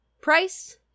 Price